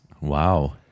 Wow